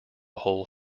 whole